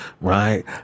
Right